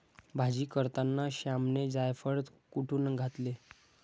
भाजी करताना श्यामने जायफळ कुटुन घातले